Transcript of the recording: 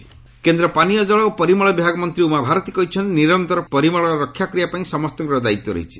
Uma Bharti sanitation କେନ୍ଦ୍ର ପାନୀୟ ଜଳ ଓ ପରିମଳ ବିଭାଗ ମନ୍ତ୍ରୀ ଉମା ଭାରତୀ କହିଛନ୍ତି ନିରନ୍ତର ପରିମଳ ରକ୍ଷା କରିବାପାଇଁ ସମସ୍ତଙ୍କର ଦାୟିତ୍ୱ ରହିଛି